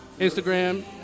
Instagram